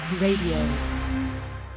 Radio